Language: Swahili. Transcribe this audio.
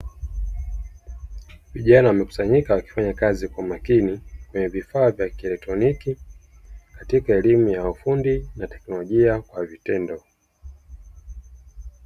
Vijana wamekusanyika wakifanya kazi kwa umakini kwenye vifaa vya kielektroniki katika elimu ya ufundi na teknolojia kwa vitendo.